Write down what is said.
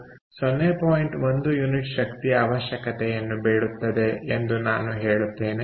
1 unit ಶಕ್ತಿಯ ಅವಶ್ಯಕತೆಯನ್ನು ಬೇಡುತ್ತದೆ ಎಂದು ನಾನು ಹೇಳುತ್ತೇನೆ